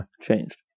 changed